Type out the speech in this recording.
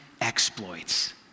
exploits